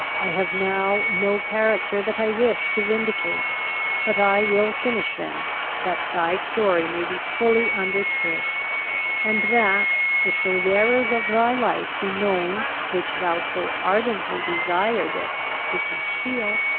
i have now no character that i wish to vindicate but i will finish them that thy story may be fully understood and that, if those errors of thy life be known which thou so ardently desiredst to conceal,